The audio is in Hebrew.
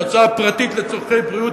ההוצאה הפרטית לצורכי בריאות,